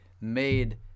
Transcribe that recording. made